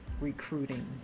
recruiting